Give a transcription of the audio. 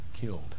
killed